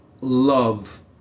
love